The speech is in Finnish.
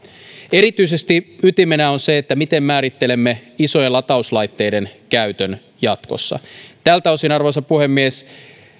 erityisesti ytimenä on se miten määrittelemme isojen latauslaitteiden käytön jatkossa tältä osin arvoisa puhemies